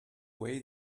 way